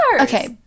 Okay